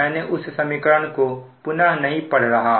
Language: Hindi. मैं उस समीकरण को पुनः नहीं पढ़ रहा हूं